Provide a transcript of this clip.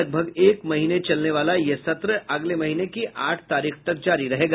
लगभग एक महीने चलने वाला यह सत्र अगले महीने की आठ तारीख तक जारी रहेगा